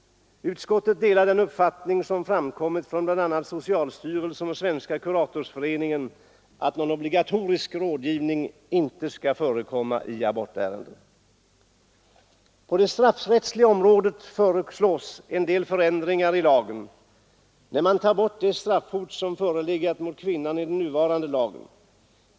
Utskottet delar den uppfattning som framkommit från bl.a. socialstyrelsen och Svenska kuratorsföreningen att någon obligatorisk rådgivning inte skall förekomma i abortärenden. På det straffrättsliga området föreslås en del förändringar i lagen. Man tar bort det straffhot som förelegat mot kvinnan i den nuvarande lagen.